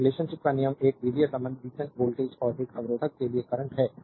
तो relationship का नियम एक बीजीय संबंध बीटन वोल्टेज और एक अवरोधक के लिए करंट है